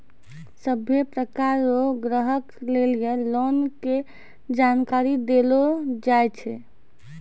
सभ्भे प्रकार रो ग्राहक लेली लोन के जानकारी देलो जाय छै